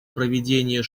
проведения